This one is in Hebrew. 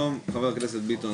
חבר הכנסת ביטון,